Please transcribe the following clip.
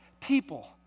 people